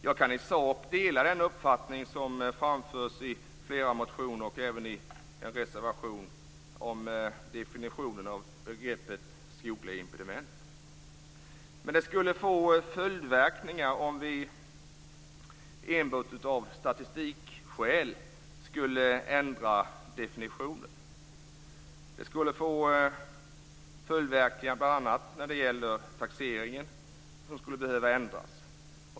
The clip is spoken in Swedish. Jag kan i sak dela den uppfattningen som framförs i flera motioner och även i en reservation om definitionen av begreppet skogliga impediment. Det skulle få följdverkningar om vi enbart av statistikskäl skulle ändra definitionen. Det skulle få följdverkningar på bl.a. taxeringen, som skulle behöva ändras.